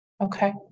Okay